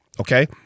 okay